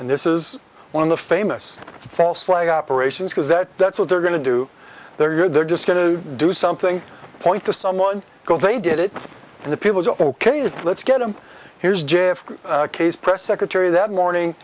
and this is one of the famous false flag operations because that that's what they're going to do they're good they're just going to do something point to someone go they did it and the people is ok let's get him here's j f k case press secretary that morning